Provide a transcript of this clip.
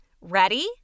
Ready